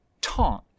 taunt